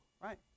right